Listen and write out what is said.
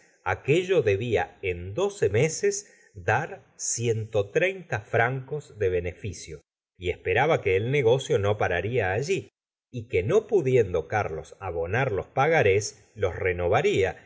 aquello debía en doce meses dar ciento treinta francos de beneficio y esperaba que el negocio no pararía allí y que no pudiendo carlos abonar los pagarés los renovaría